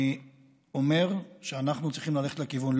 אני אומר שאנחנו צריכים ללכת לכיוון,